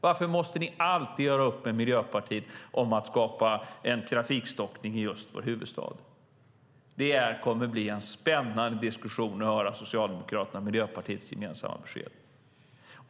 Varför måste ni alltid göra upp med Miljöpartiet om att skapa en trafikstockning i vår huvudstad? Det kommer att bli spännande att höra Socialdemokraternas och Miljöpartiets gemensamma besked.